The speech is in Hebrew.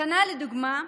השנה, לדוגמה,